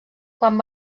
quan